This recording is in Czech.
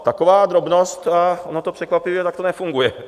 Taková drobnost, a ono to překvapivě takto nefunguje.